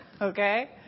Okay